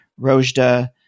Rojda